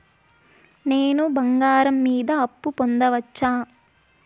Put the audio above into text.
నేను బంగారం మీద అప్పు పొందొచ్చా?